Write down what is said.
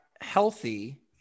healthy